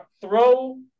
throw